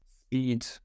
speed